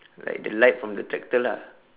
like the light from the tractor lah